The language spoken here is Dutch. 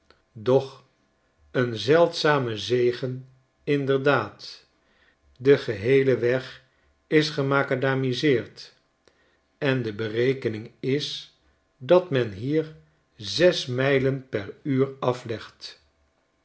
de geheele weg is gemacadamiseerd en de berekening is dat men hier zes mijlen per uur aflegt